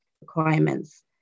requirements